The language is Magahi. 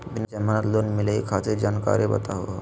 बिना जमानत लोन मिलई खातिर जानकारी दहु हो?